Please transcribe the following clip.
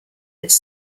its